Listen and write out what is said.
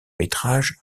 métrages